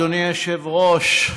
אדוני היושב-ראש,